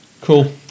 Cool